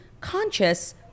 conscious